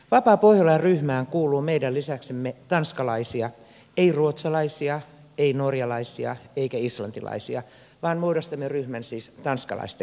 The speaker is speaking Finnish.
vapaa pohjola ryhmään kuuluu meidän lisäksemme tanskalaisia ei ruotsalaisia ei norjalaisia eikä islantilaisia vaan muodostamme ryhmän siis tanskalaisten kanssa